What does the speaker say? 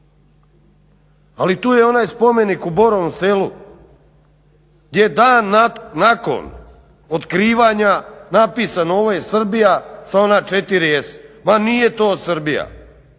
Ali tu je onaj Spomenik u Borovom Selu gdje dan nakon otkrivanja napisano ovo je Srbija sa ona 4S. ma nije to Srbija